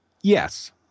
Yes